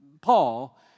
Paul